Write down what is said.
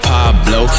Pablo